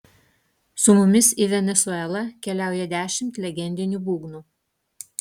su mumis į venesuelą keliauja dešimt legendinių būgnų